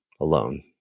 Alone